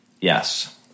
Yes